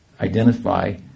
identify